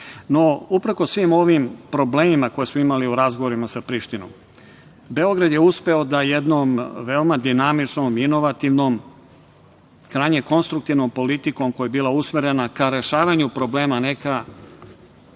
toga. Uprkos svim ovim problemima koje smo imali u razgovorima sa Prištinom Beograd je uspeo da jednom veoma dinamičnom, inovativnom, krajnje konstruktivnom politikom koja je bila usmerena ka rešavanju problema, a